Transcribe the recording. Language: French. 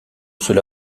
cela